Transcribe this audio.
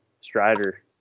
Strider